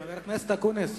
חבר הכנסת אקוניס,